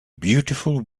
beautiful